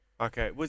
Okay